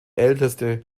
älteste